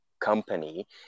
company